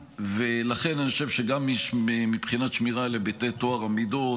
לכן אני חושב שגם מבחינת שמירה על היבטי טוהר המידות,